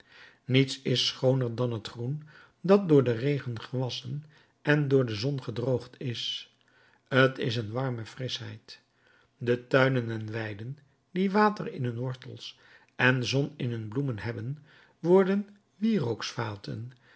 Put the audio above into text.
niets is schooner dan het groen dat door den regen gewasschen en door de zon gedroogd is t is een warme frischheid de tuinen en weiden die water in hun wortels en zon in hun bloemen hebben worden wierooksvaten